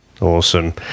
Awesome